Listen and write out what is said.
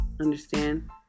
Understand